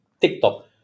TikTok